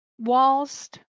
whilst